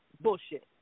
Bullshit